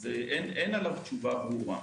אז אין עליו תשובה ברורה.